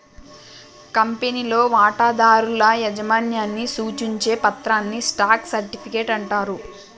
కంపెనీలో వాటాదారుల యాజమాన్యాన్ని సూచించే పత్రాన్ని స్టాక్ సర్టిఫికెట్ అంటారు